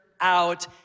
out